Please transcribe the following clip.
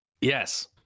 Yes